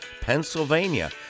Pennsylvania